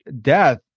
death